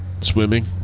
swimming